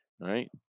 right